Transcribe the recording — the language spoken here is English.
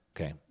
okay